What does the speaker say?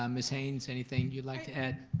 um miss haynes, anything you'd like to add?